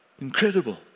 incredible